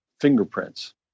fingerprints